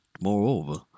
moreover